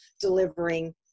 delivering